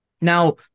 Now